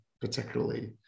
particularly